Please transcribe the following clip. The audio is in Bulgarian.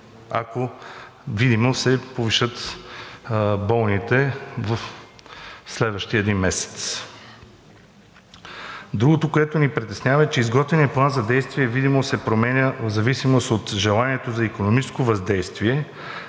ако видимо се повишат болните в следващия един месец. Другото, което ни притеснява, е, че изготвеният План за действие видимо се променя в зависимост от желанието за икономическо въздействие,